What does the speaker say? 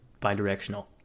bidirectional